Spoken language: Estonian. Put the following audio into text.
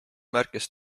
märkis